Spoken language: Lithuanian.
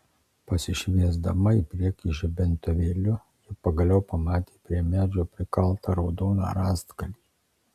pasišviesdama į priekį žibintuvėliu ji pagaliau pamatė prie medžio prikaltą raudoną rąstgalį